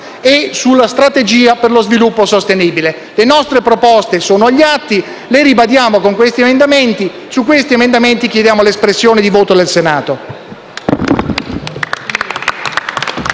e sulla strategia per lo sviluppo sostenibile. Le nostre proposte sono agli atti, le ribadiamo con questi emendamenti e su di essi chiediamo l'espressione di voto del Senato.